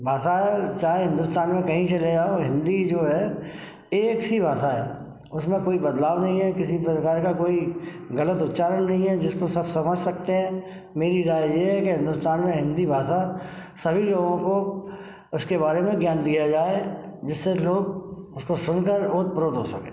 भाषाएं चाहे हिन्दुस्तान में कहीं चले जाओं हिंदी जो है एक सी भाषा है उसमें कोई बदलाव नहीं है किसी प्रकार का कोई गलत उच्चारण नहीं है जिसको सब समझ सकते हैं मेरी राय यह है कि हिन्दुस्तान में हिंदी भाषा सभी लोगों को इसके बारे में ज्ञान दिया जाए जिससे लोग उसको हो सकें